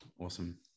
Awesome